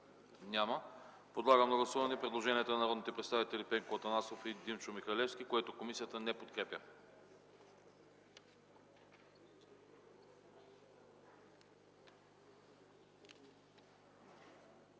Няма. Подлагам на гласуване предложението на народните представители Пенко Атанасов и Димчо Михалевски, което комисията не подкрепя.